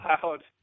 cloud